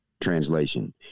translation